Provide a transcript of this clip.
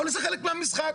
אבל זה חלק מהמשחק.